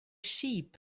sheep